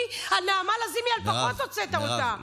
תודה.